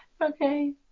Okay